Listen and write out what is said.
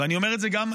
ואני אומר את זה גם,